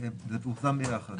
זה פורסם ביחד.